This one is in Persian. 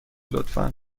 لطفا